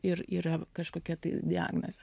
ir yra kažkokia tai diagnoze